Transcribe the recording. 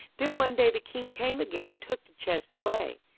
then one day the king came again and took the chest away.